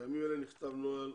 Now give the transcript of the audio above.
בימים אלה נכתב נוהל.